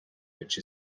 which